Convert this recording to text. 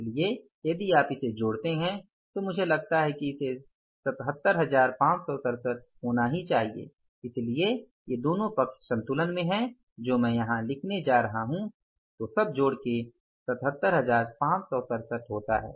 इसलिए यदि आप इसे जोड़ते हैं तो मुझे लगता है कि इसे 77567 होना ही चाहिए इसलिए ये दोनों पक्ष संतुलन में हैं जो मैं यहां लिखने जा रहा हूं जो सब जोडके 77567 होता है